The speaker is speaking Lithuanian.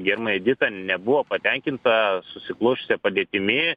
gerbiama edita nebuvo patenkinta susiklosčiusia padėtimi